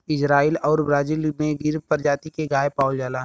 Israel आउर Brazil में गिर परजाती के गाय पावल जाला